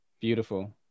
Beautiful